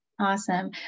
Awesome